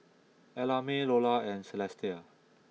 Ellamae Lola and Celestia